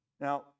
Now